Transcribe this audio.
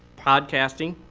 podcasting